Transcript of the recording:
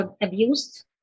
abused